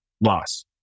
loss